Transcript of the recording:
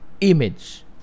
image